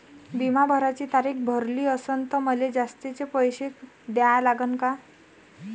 बिमा भराची तारीख भरली असनं त मले जास्तचे पैसे द्या लागन का?